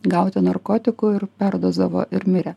gauti narkotikų ir perdozavo ir mirė